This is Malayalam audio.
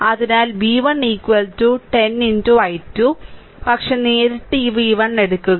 അതിനാൽ v1 10 i2 പക്ഷേ നേരിട്ട് ഈ v1 എടുക്കുക